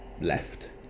left